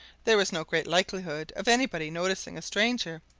there was no great likelihood of anybody noticing a stranger,